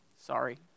Sorry